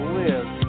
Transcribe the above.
live